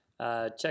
Check